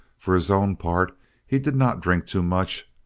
for his own part he did not drink too much,